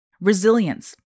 Resilience